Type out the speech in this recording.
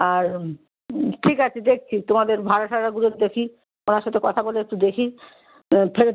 আর ঠিক আছে দেখছি তোমাদের ভাড়া টাড়াগুলো দেখি সবার সাথে কথা বলে একটু দেখি